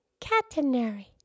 catenary